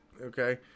okay